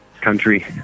country